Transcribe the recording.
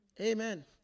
amen